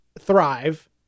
thrive